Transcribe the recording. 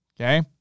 Okay